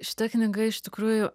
šita knyga iš tikrųjų